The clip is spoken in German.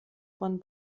von